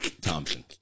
Thompson